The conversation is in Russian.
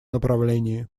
направлении